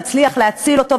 נצליח להציל אותו,